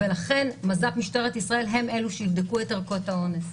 לכן מז"פ משטרת ישראל הם אלה שיבדקו את ערכות האונס,